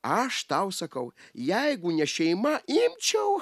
aš tau sakau jeigu ne šeima imčiau